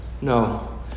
No